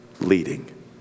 leading